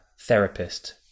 therapist